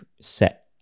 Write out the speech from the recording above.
set